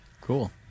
Cool